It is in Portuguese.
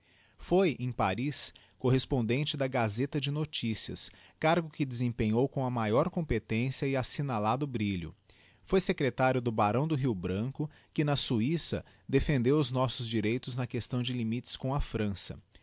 foi em paris correspondente da gaaeta de noticias cargo de que se desempenhou com a maior competência e assignalado brilho foi secretario do barão do rio branco que na suissa defendeu os nossos direitos na questão de limites com a frança